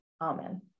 Amen